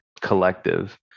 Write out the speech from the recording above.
collective